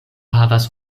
havas